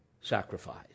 sacrifice